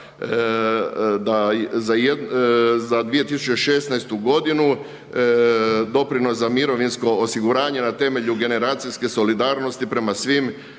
za 2016. godinu doprinos za mirovinsko osiguranje na temelju generacijske solidarnosti prema svim